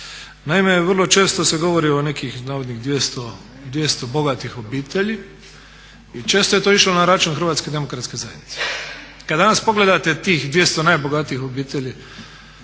Naime, vrlo često se govori o nekih navodnih 200 bogatih obitelji i često je to išlo na račun HDZ-a. Kad danas pogledate tih 200 najbogatijih obitelji